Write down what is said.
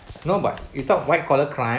no but you talk white collar crime